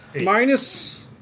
Minus